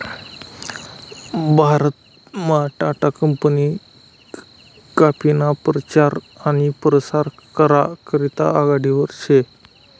भारतमा टाटा कंपनी काफीना परचार आनी परसार करा करता आघाडीवर शे